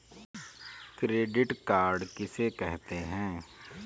Credit card किसे कहते हैं?